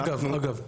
אגב,